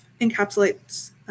encapsulates